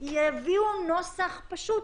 ויביאו נוסח פשוט,